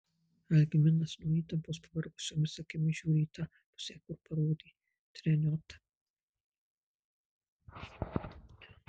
algminas nuo įtampos pavargusiomis akimis žiūri į tą pusę kur parodė treniota